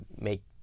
make